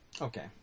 okay